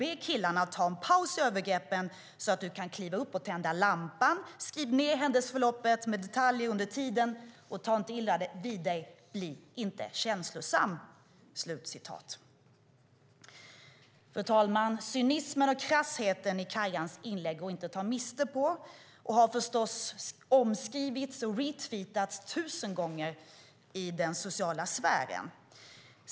Be killarna att ta en paus i övergreppen så att du kan få kliva upp och tända lampan." Längre fram skriver hon: "2. Skriv gärna ner händelseförloppet med detaljer under tiden." Dessutom skriver Kajjan: "3. Ta inte illa vid dig, bli inte känslosam!" Fru talman! Cynismen och krassheten i Kajjans inlägg går inte att ta miste på. Det har omskrivits och retwittrats tusen gånger i den sociala sfären.